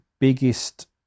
biggest